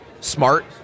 smart